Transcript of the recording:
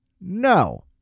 no